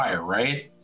right